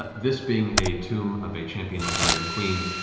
ah this being a tomb of a champion of the raven queen,